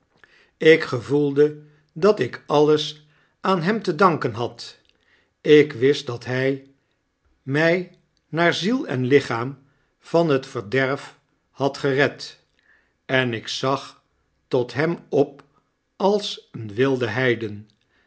ik gevoelde dat ik alles aan hem te danken had ik wist dat hy my naar ziel en lichaam van het verderf had gered en ik zag tot hem op als een wilde heiden